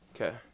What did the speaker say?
Okay